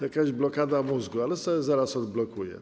Jakaś blokada mózgu, ale sobie zaraz odblokuję.